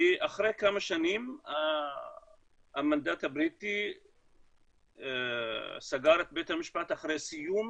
אחרי כמה שנים המנדט הבריטי סגר את בית המשפט אחרי סיום